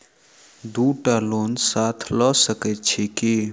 दु टा लोन साथ लऽ सकैत छी की?